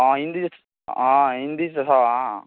हँ हिन्दी हँ हिन्दीसँ अहाँ